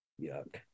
Yuck